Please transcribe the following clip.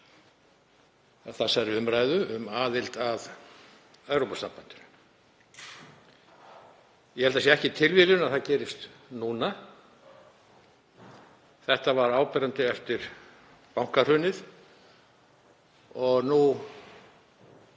þessari umræðu um aðild að Evrópusambandinu. Ég held að það sé ekki tilviljun að það gerist núna. Umræðan var áberandi eftir bankahrunið og nú